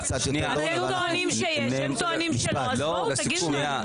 הם טוענים שיש, אתם טוענים שלא, תגידו לנו.